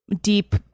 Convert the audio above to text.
deep